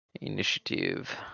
Initiative